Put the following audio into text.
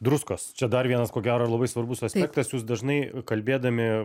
druskos čia dar vienas ko gero ir labai svarbus aspektas jūs dažnai kalbėdami